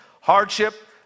Hardship